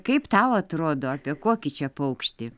kaip tau atrodo apie kokį čia paukštį